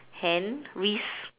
hand wrist